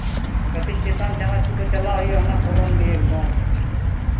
ᱠᱟᱹᱴᱤᱡ ᱪᱮᱛᱟᱱ ᱪᱟᱱᱟᱪ ᱠᱚᱫᱚ ᱪᱟᱞᱟᱜ ᱦᱩᱭᱩᱜᱼᱟ ᱦᱟᱱᱟ ᱠᱚᱨᱚᱱᱰᱤ ᱮᱠᱫᱚᱢ